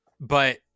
But-